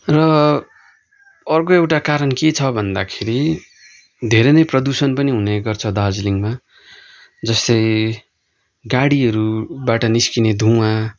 र अर्को एउटा कारण के छ भन्दाखेरि धेरै नै प्रदूषण पनि हुने गर्छ दार्जिलिङमा जस्तै गाडीहरूबाट निस्किने धुवाँ